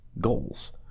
goals